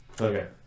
Okay